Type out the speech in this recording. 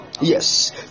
yes